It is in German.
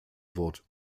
wort